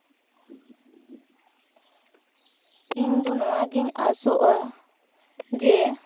ᱤᱧ ᱫᱚ ᱱᱚᱣᱟᱜᱤᱧ ᱟᱥᱚᱜᱼᱟ ᱡᱮ